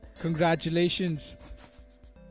Congratulations